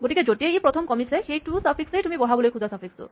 গতিকে য'তেই ই প্ৰথম কমিছে সেইটো চাফিক্সেই তুমি বঢ়াবলৈ খোজা চাফিক্সটো